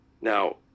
Now